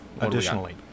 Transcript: Additionally